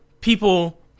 people